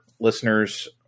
listeners